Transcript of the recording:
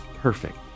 perfect